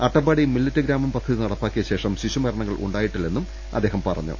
Attappadi millet ഗ്രാമം പദ്ധതി നടപ്പാക്കിയ ശേഷം ശിശുമരണങ്ങൾ ഉണ്ടായി ട്ടില്ലെന്നും അദ്ദേഹം പറഞ്ഞു